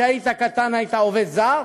כשהיית קטן היית עובד זר?